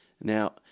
Now